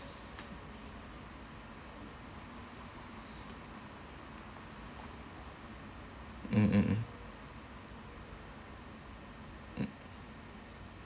mm mm mm mm